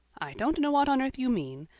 i don't know what on earth you mean.